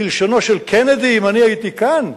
בלשונו של קנדי, אם אני הייתי כאן,